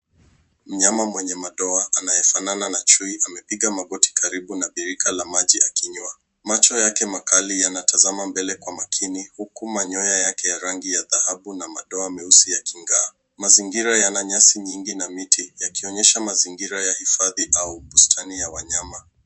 Mnyama mwenye madoa anayefnana na chui amepiga magoti karibu na birika la maji akinywa. Macho yake makali yanatazama mbele kwa makini, huku manyoya yake ya rangi ya dhahabu na madoa meusi yaking'aa, mazingira yana nyasi nyingi na miti yakionyesha mazingira ya hifadhi au busatani ya wanyama.